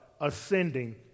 ascending